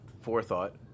forethought